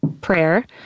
prayer